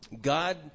God